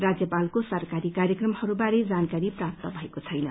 राज्यपालको सरकारी कार्यक्रमहरू बारे जानकारी प्राप्त भएको छैन